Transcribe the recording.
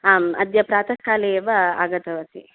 आम् अद्य प्रातःकाले एव आगतवती